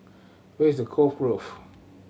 where is Cove Grove